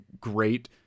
great